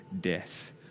death